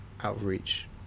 outreach